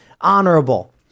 honorable